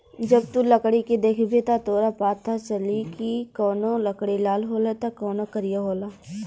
जब तू लकड़ी के देखबे त तोरा पाता चली की कवनो लकड़ी लाल होला त कवनो करिया होला